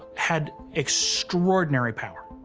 had extraordinary power,